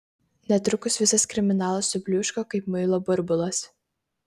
netrukus visas kriminalas subliūško kaip muilo burbulas